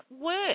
work